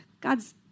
God's